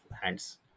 hands